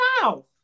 South